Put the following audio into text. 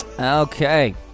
Okay